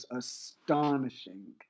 astonishing